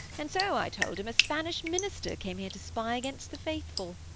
and so i told him, a spanish minister came here to spy, against the faithful